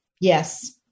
Yes